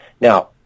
Now